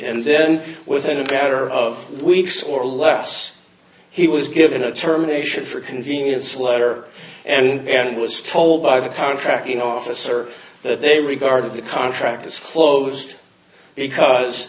and then within a better of weeks or less he was given a terminations for convenience letter and was told by the contracting officer that they regarded the contract as closed because